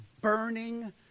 burning